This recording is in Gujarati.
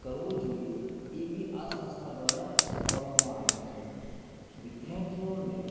કરવું જોઈએ એ બી આ સંસ્થા દ્વારા શીખવાડવામાં આવે છે વિદ્યાર્થીઓને